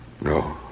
No